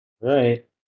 Right